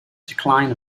decline